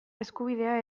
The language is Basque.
eskubidea